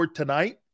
tonight